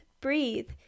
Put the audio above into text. breathe